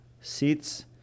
Seats